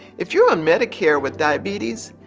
if you're on medicare with diabetes,